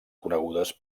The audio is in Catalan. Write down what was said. conegudes